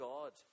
God